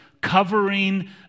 covering